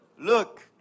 Look